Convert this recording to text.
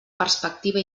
perspectiva